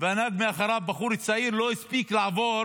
והנהג מאחוריו, בחור צעיר, לא הספיק לעבור